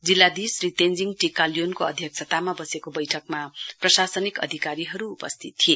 जिल्लाधीश श्री तेन्जीङ टी काल्योनको अध्यक्षतामा बसेको बैठकमा प्रशासनिक अधिकारीहरु उपस्थित थिए